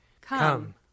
Come